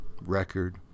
record